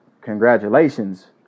Congratulations